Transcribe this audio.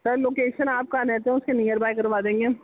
سر location آپ کا network سے نیئر بائے کروا دیں گے ہم